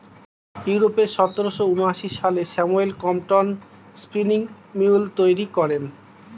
ইউরোপে সতেরোশো ঊনআশি সালে স্যামুয়েল ক্রম্পটন স্পিনিং মিউল তৈরি করেন